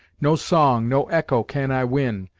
no song, no echo can i win,